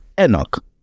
Enoch